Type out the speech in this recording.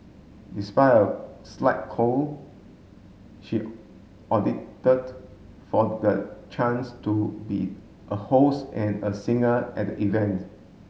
despite a slight cold she audited for the chance to be a host and a singer at the event